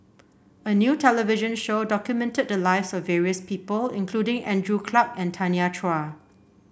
a new television show documented the lives of various people including Andrew Clarke and Tanya Chua